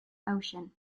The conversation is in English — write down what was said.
ocean